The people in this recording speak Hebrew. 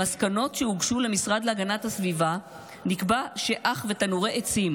במסקנות שהוגשו למשרד להגנת הסביבה נקבע שאח ותנורי עצים